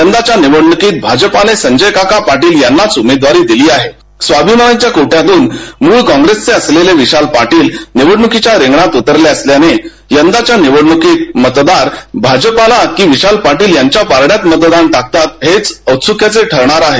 यंदाच्या निवडणुकीत भाजपानं संजयकाका पाटील यांनाच स्वाभिमानी पक्षाच्या कोट्यातून मुळचे काँप्रेसचेच असलेले विशाल पाटील निवडणूकींच्या रिंगणात उतरले असल्यानं यंदाच्या निवडणुकीत मतदार भाजपला कि विशाल पाटील यांच्या पारड्यात मतदान टाकतात हेच औत्सुक्याचे ठरणार आहे